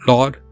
Lord